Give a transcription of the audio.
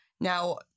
Now